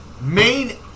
main